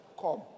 Come